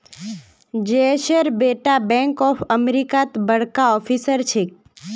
जयेशेर बेटा bank of अमेरिकात बड़का ऑफिसर छेक